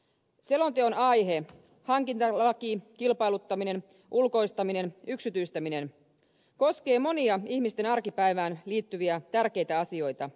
selonteon aihe hankintalaki kilpailuttaminen ulkoistaminen yksityistäminen koskee monia ihmisten arkipäivään liittyviä tärkeitä asioita